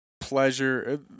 pleasure